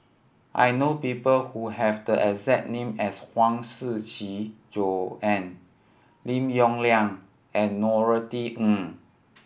I know people who have the exact name as Huang Shiqi Joan Lim Yong Liang and Norothy Ng